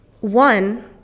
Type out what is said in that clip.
One